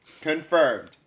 confirmed